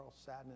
sadness